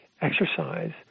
exercise